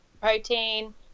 protein